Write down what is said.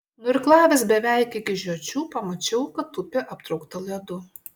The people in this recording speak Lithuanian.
nuirklavęs beveik iki žiočių pamačiau kad upė aptraukta ledu